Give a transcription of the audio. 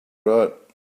right